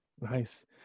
Nice